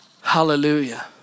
Hallelujah